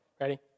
Ready